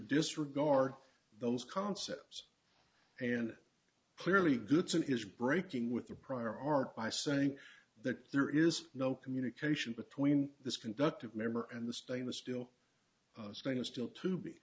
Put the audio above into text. disregard those concepts and clearly goodson is breaking with the prior art by saying that there is no communication between this conductive member and the stainless steel is going to still to be